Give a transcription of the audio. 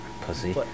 Pussy